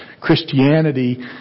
Christianity